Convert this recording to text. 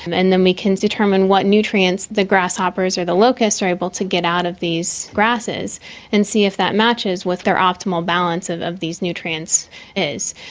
um and then we can determine what nutrients the grasshoppers or the locusts are able to get out of these grasses and see if that matches what their optimal balance of of these nutrients is.